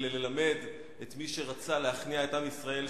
אלא ללמד את מי שרצה להכניע את עם ישראל,